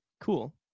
cool